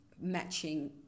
matching